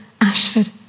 Ashford